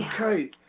Okay